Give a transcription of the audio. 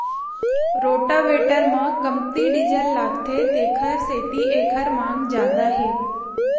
rotavator म कमती diesel लागथे तेखर सेती एखर मांग जादा हे